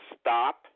stop